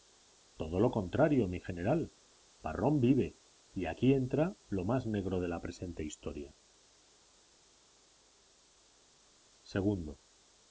todo lo contrario mi general parrón vive y aquí entra lo más negro de la presente historia